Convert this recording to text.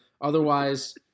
Otherwise